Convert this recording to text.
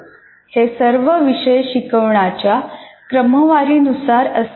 हे सर्व विषय शिकवण्याच्या क्रमवारीनुसार असते